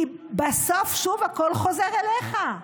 כי בסוף שוב הכול חוזר אליך.